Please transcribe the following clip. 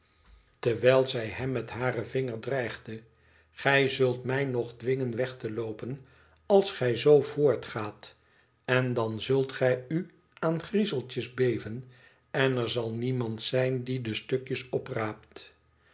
terwijl zij hem met haar vinger dreigde tgij zult mij nog dwingen weg te loopen als gij zoo voortgaat en dan zult gij u aan griezeltjes beven en er zal niemand zijn die de stukjes opraapt